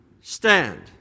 stand